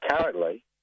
currently